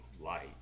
light